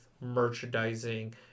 Merchandising